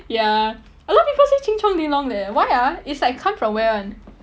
ya a lot of people say ching chong ding dong leh why ah it's like come from where [one]